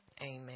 amen